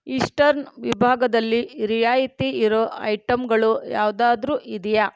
eastern ವಿಭಾಗದಲ್ಲಿ ರಿಯಾಯಿತಿ ಇರೋ ಐಟಂಗಳು ಯಾವುದಾದ್ರೂ ಇದೆಯೇ